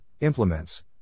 implements